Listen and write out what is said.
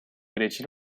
greci